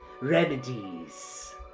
Remedies